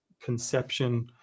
conception